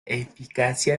eficacia